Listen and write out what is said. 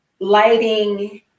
lighting